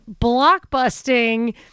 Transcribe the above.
blockbusting